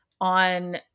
on